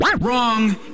wrong